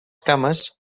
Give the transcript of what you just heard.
cames